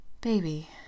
Baby